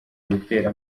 gutera